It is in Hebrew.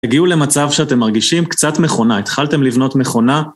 הגיעו למצב שאתם מרגישים קצת מכונה, התחלתם לבנות מכונה.